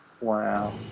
wow